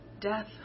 death